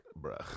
bruh